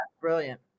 brilliant